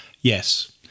Yes